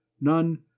none